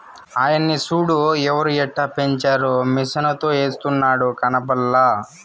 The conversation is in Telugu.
ఆయన్ని సూడు ఎరుయెట్టపెంచారో మిసనుతో ఎస్తున్నాడు కనబల్లా